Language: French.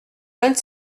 vingt